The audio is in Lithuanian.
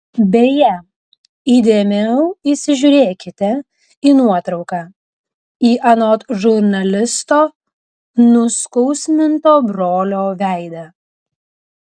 beje įdėmiau įsižiūrėkite į nuotrauką į anot žurnalisto nuskausminto brolio veidą